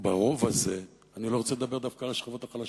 וברוב הזה אני לא רוצה לדבר דווקא על השכבות החלשות,